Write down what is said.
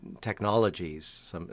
technologies